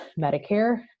Medicare